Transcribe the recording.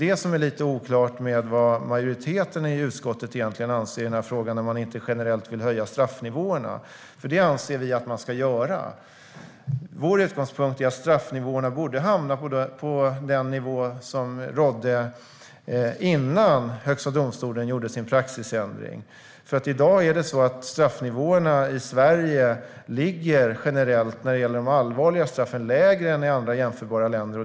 Det är lite oklart vad majoriteten i utskottet anser i den här frågan eftersom man inte vill höja straffnivåerna generellt, vilket vi anser att man ska göra. Vår utgångspunkt är att straffnivåerna borde hamna på den nivå som rådde innan Högsta domstolen gjorde sin praxisändring. I dag ligger straffnivåerna i Sverige, när det gäller de allvarliga brotten, generellt lägre än i andra jämförbara länder.